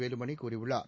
வேலுமணி கூறியுள்ளார்